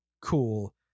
cool